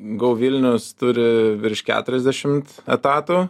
gau vilnius turi virš keturiasdešimt etatų